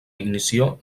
ignició